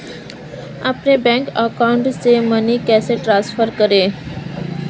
अपने bank account से money कैसे ट्रांसफर करें?